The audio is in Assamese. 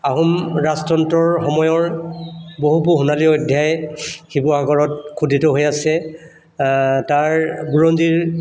আহোম ৰাজতন্ত্ৰৰ সময়ৰ বহুবোৰ সোণালী অধ্যায় শিৱসাগৰত খোদিত হৈ আছে তাৰ বুৰঞ্জীৰ